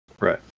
Right